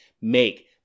Make